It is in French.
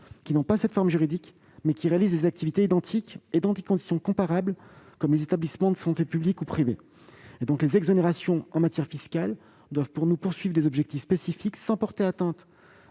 qui n'ont pas cette forme juridique, mais qui réalisent des activités identiques et dans des conditions comparables, comme les établissements de santé publics ou privés. Les exonérations en matière fiscale doivent, selon nous, viser des objectifs spécifiques sans porter atteinte